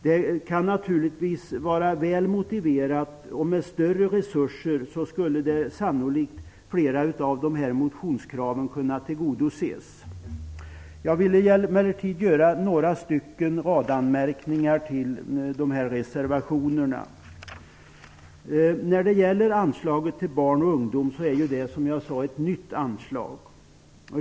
Det kan naturligtvis vara väl motiverat, och med större resurser skulle sannolikt flera av dessa motionskrav kunna tillgodoses. Jag vill emellertid gör några radanmärkningar till dessa reservationer. Anslaget till barn och ungdom är , som jag sade, ett nytt anslag.